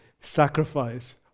sacrifice